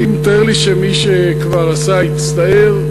אני מתאר לי שמי שכבר עשה, הצטער.